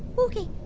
okay,